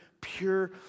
pure